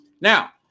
now